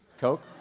coke